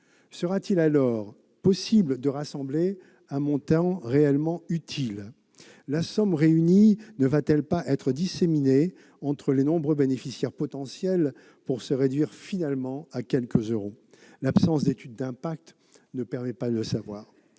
Sera-t-il alors possible de rassembler un montant réellement utile ? La somme réunie ne sera-t-elle pas disséminée entre les nombreux bénéficiaires potentiels, pour se réduire finalement à quelques euros ? L'absence d'étude d'impact ne permet pas de le savoir.